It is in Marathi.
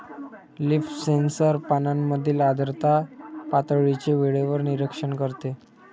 लीफ सेन्सर पानांमधील आर्द्रता पातळीचे वेळेवर निरीक्षण करते